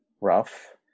rough